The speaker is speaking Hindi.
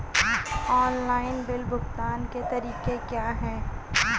ऑनलाइन बिल भुगतान के तरीके क्या हैं?